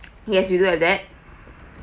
yes we do have that